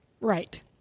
Right